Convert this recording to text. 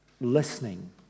listening